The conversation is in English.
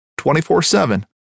24-7